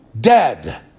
Dead